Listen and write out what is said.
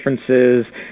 differences